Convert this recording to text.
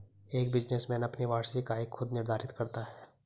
एक बिजनेसमैन अपनी वार्षिक आय खुद निर्धारित करता है